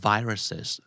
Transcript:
Viruses